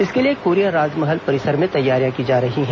इसके लिए कोरिया राजमहल परिसर में तैयारियां की जा रहीं हैं